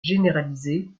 généralisée